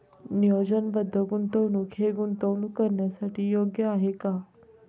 नियोजनबद्ध गुंतवणूक हे गुंतवणूक करण्यासाठी योग्य आहे का?